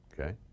Okay